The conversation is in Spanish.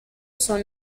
son